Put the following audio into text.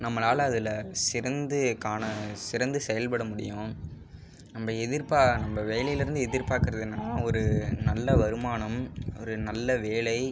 நம்மளால் அதில் சிறந்து காண சிறந்து செயல்பட முடியும் நம்ம எதிர்ப்ப நம்ம வேலைலிருந்து எதிர்பார்க்குறது என்னென்னா ஒரு நல்ல வருமானம் ஒரு நல்ல வேலை